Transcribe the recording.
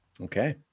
Okay